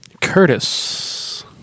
Curtis